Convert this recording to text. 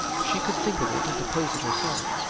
she could think of it, and propose it herself.